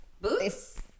Boots